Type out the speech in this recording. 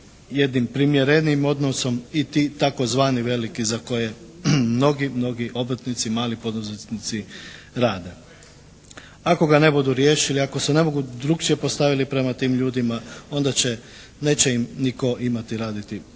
jednim primjerenijim odnosom i ti tzv. veliki za koje mnogi, mnogi obrtnici mali poduzetnici rade. Ako ga ne budu riješili, ako se ne mogu, drukčije postavili prema tim ljudima onda će, neće im nitko imati raditi